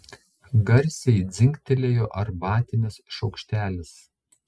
garsiai dzingtelėjo arbatinis šaukštelis